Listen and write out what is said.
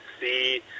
see